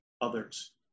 others